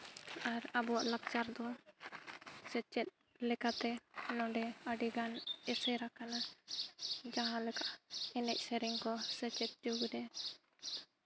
ᱟᱨ ᱟᱵᱚᱣᱟᱜ ᱞᱟᱠᱪᱟᱨ ᱫᱚ ᱥᱮᱪᱮᱫ ᱞᱮᱠᱟᱛᱮ ᱱᱚᱰᱮ ᱟᱹᱰᱤᱜᱟᱱ ᱮᱥᱮᱨ ᱟᱠᱟᱱᱟ ᱡᱟᱦᱟᱸ ᱞᱮᱠᱟ ᱮᱱᱮᱡ ᱥᱮᱨᱮᱧ ᱠᱚ ᱥᱮᱪᱮᱫ ᱡᱩᱜᱽ ᱨᱮ